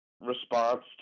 response